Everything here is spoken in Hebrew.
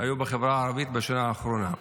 היו בחברה הערבית בשנה האחרונה.